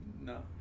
No